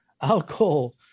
alcohol